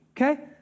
Okay